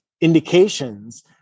indications